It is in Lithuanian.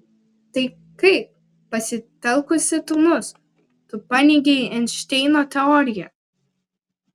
tai kaip pasitelkusi tunus tu paneigei einšteino teoriją